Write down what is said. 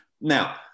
Now